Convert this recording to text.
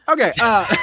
Okay